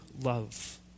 love